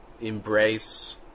embrace